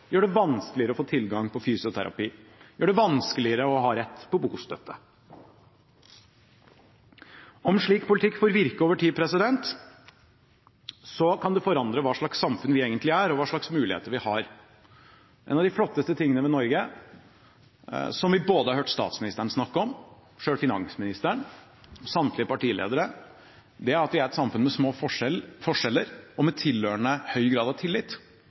gjør det vanskeligere å få tilgang på fysioterapi, gjør det vanskeligere å ha rett til bostøtte. Om slik politikk får virke over tid, kan det forandre hva slags samfunn vi er, og hva slags muligheter vi har. En av de flotteste tingene ved Norge, noe vi har hørt både statsministeren og finansministeren og samtlige partiledere snakke om, er at vi er et samfunn med små forskjeller og med tilhørende høy grad av tillit.